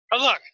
look